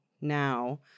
now